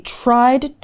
tried